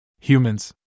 Humans